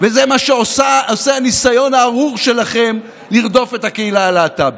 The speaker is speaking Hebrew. וזה מה שעושה הניסיון הארור שלכם לרדוף את הקהילה הלהט"בית.